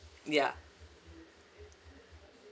ya